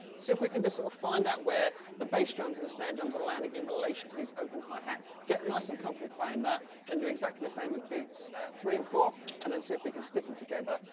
see if we can just sort so of find out where the bass drums and the snare drums are landing in relation to these open hi-hats. get nice and comfortable playing that, then do exactly the same with beats three and four and then see if we can stick them together,